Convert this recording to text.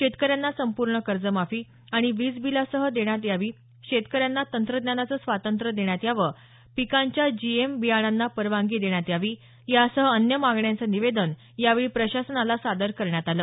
शेतकऱ्यांना संपूर्ण कर्जमाफी आणि वीज बीलमाफी देण्यात यावी शेतकऱ्यांना तंत्रज्ञानाचं स्वातंत्र्य देण्यात यावं पिकांच्या जीएम बियाणांना परवानगी देण्यात यावी यासह अन्य मागण्यांचं निवेदन यावेळी प्रशासनाला सादर करण्यात आलं